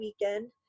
weekend